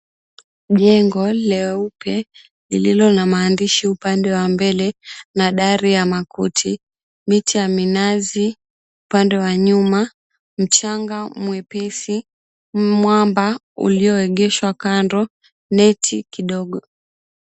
Jengo leupe lililo na maandishi upande wa mbele na dari ya makuti, miti ya minazi upande wa nyuma, mchanga mwepesi, mwamba ulioegeshwa kando, neti kidogo.